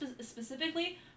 specifically